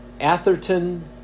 atherton